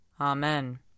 Amen